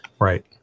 Right